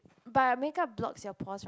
but makeup blocks your pores